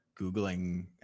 Googling